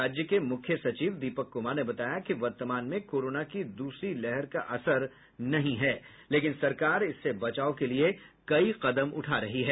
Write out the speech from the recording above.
राज्य के मुख्य सचिव दीपक कुमार ने बताया कि वर्तमान में कोरोना की दूसरी लहर का असर नहीं है लेकिन सरकार इससे बचाव के लिए कई कदम उठा रही है